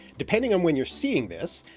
depending on when you're seeing this,